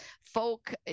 folk